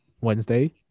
Wednesday